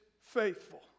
faithful